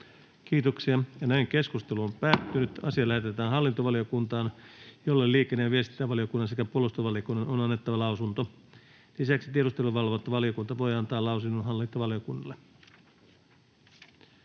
5. asia. Puhemiesneuvosto ehdottaa, että asia lähetetään hallintovaliokuntaan, jolle liikenne‑ ja viestintävaliokunnan ja puolustusvaliokunnan on annettava lausunto. Lisäksi tiedusteluvalvontavaliokunta voi antaa lausunnon hallintovaliokunnalle.